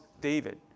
David